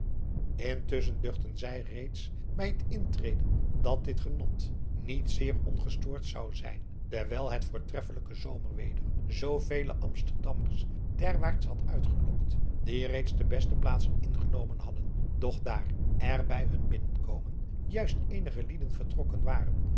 intusschen duchtten zij reeds bij het intreden dat dit genot niet zeer ongestoord zou zijn dewijl het voortreffelijke zomerweder zoovele amsterdammers derwaarts had uitgelokt die reeds de beste plaatsen ingenomen hadden doch daar er bij hun inkomen juist eenige lieden vertrokken was